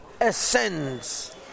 ascends